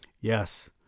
Yes